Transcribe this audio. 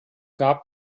gab